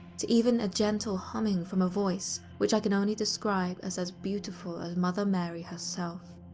to even a gentle humming from a voice which i can only describe as as beautiful as mother mary herself.